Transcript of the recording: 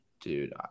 Dude